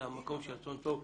אלא ממקום של רצון טוב.